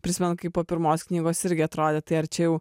prisimenu kaip po pirmos knygos irgi atrodė tai ar čia jau